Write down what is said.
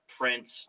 prints